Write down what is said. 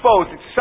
exposed